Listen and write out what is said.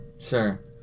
Sure